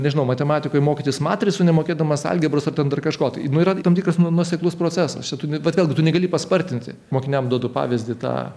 nežinau matematikoj mokytis matricų nemokėdamas algebros ar ten dar kažko tai nu yra tam tikras nuoseklus procesas vat vėlgi tu negali paspartinti mokiniam duodu pavyzdį tą